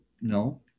No